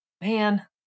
man